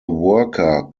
worker